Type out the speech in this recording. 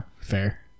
fair